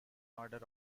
order